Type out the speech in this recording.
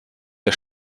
der